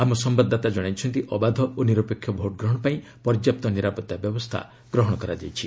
ଆମ ସମ୍ବାଦଦାତା ଜଣାଇଛନ୍ତି ଅବାଧ ଓ ନିରପେକ୍ଷ ଭୋଟ୍ ଗ୍ରହଣ ପାଇଁ ପର୍ଯ୍ୟାପ୍ତ ନିରାପତ୍ତା ବ୍ୟବସ୍ଥା ଗ୍ରହଣ କରାଯାଇଛି